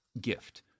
gift